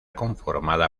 conformada